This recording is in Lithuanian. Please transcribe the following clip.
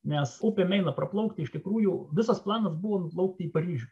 nes upę meiną praplaukti iš tikrųjų visas planus buvo nuplaukti į paryžių